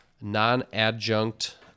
non-adjunct